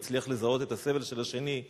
מצליח לזהות את הסבל של השני,